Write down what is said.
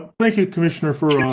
thank you commissioner for and um